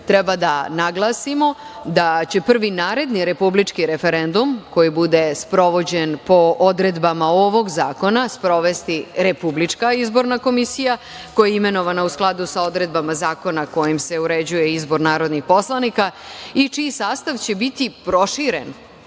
treba da naglasimo da će prvi naredni republički referendum koji bude sprovođen po odredbama ovog zakona sprovesti Republička izborna komisija koja je imenovana u skladu sa odredbama zakona kojim se uređuje izbor narodnih poslanika i čiji sastav će biti proširen,